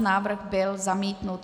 Návrh byl zamítnut.